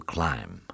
Climb